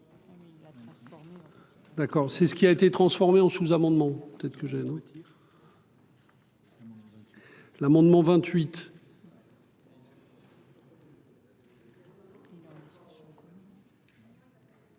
D'accord. C'est ce qui a été transformé en sous-amendement peut-être que j'ai noté. Mon. L'amendement 28.